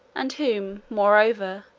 and whom, moreover,